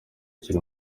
kiri